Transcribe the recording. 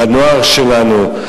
לנוער שלנו.